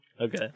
Okay